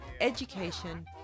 education